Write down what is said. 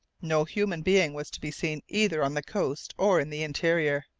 no human being was to be seen either on the coast or in the interior.